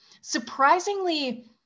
Surprisingly